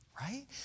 right